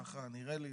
ככה נראה לי,